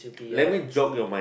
let me jog in your mind